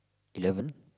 eleven